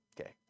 Okay